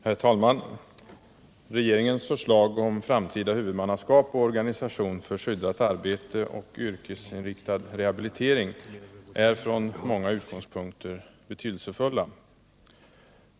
Herr talman! Regeringens förslag om framtida huvudmannaskap och organisation för skyddat arbete och yrkesinriktad rehabilitering är från många utgångspunkter betydelsefulla.